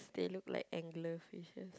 they look like angler fishes